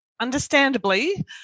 understandably